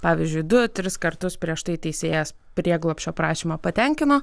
pavyzdžiui du tris kartus prieš tai teisėjas prieglobsčio prašymą patenkino